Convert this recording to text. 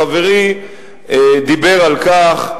חברי דיבר על כך,